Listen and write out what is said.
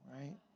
right